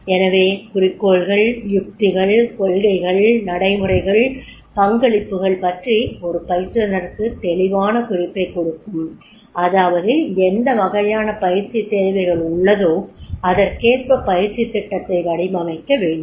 எனவே குறிக்கோள்கள் யுக்திகள் கொள்கைகள் நடைமுறைகள் பங்களிப்புகள் பற்றி ஒரு பயிற்றுனருக்குத் தெளிவான குறிப்பைக் கொடுக்கும் அதாவது எந்த வகையான பயிற்சித் தேவைகள் உள்ளதோ அதற்கேற்ப பயிற்சி திட்டத்தை வடிவமைக்க வேண்டும்